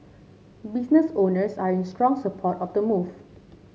business owners are in strong support of the move